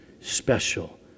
special